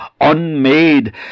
unmade